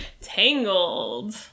Tangled